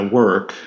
work